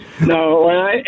No